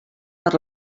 per